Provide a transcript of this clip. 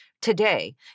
today